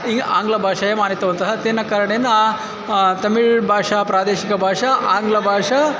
आङ्ग्लभाषायाम् आनीतवन्तः तेन कारणेन तमिल् भाषा प्रादेशिकभाषा आङ्ग्लभाषा